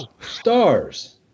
stars